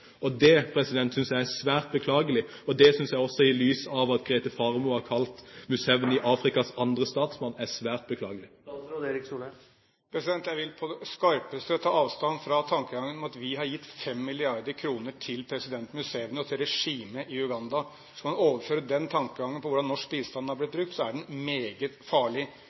Det synes jeg er svært beklagelig, og det synes jeg også i lys av at Grete Faremo har kalt Museveni «Afrikas andre statsmann». Det er svært beklagelig. Jeg vil på det skarpeste ta avstand fra tankegangen om at vi har gitt 5 mrd. kr til president Museveni og til regimet i Uganda. Hvis man overfører den tankegangen på hvordan norsk bistand er blitt brukt, er den meget farlig.